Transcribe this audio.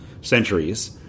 centuries